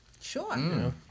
Sure